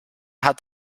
hat